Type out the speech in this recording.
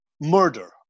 murder